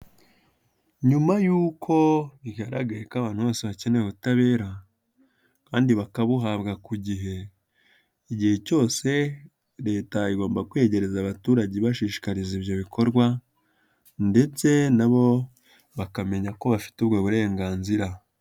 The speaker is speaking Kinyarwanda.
Nyuma yuko bigaragaye ko abantu bose bakeneye ubutabera kandi bakabuhabwa ku gihe, igihe cyose leta igomba kwiyegereza abaturage ibashishikariza ibyo bikorwa ndetse nabo bakamenya ko bafite ubwo burenganzira.